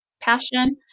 passion